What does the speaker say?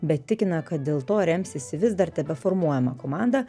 bet tikina kad dėl to remsis į vis dar tebe formuojamą komandą